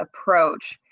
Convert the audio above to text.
approach